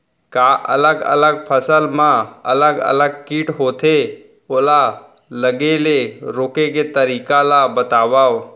का अलग अलग फसल मा अलग अलग किट होथे, ओला लगे ले रोके के तरीका ला बतावव?